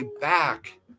back